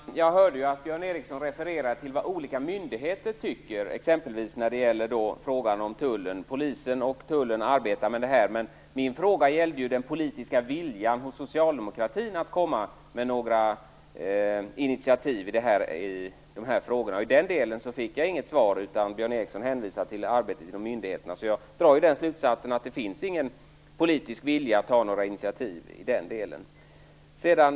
Herr talman! Jag hörde att Björn Ericson refererade till vad olika myndigheter tycker, exempelvis när det gäller frågan om tullen. Han sade att polisen och tullen arbetar med det här. Men min fråga gällde den politiska viljan hos socialdemokratin att komma med några initiativ i de här frågorna. I den delen fick jag inte något svar. Björn Ericson hänvisar till arbetet inom myndigheterna. Jag drar då den slutsatsen att det inte finns någon politisk vilja att ta några initiativ i de frågorna.